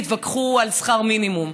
תתווכחו על שכר מינימום,